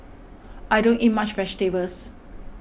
I don't eat much vegetables